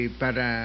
para